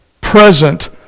present